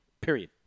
Period